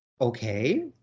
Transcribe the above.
Okay